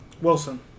Wilson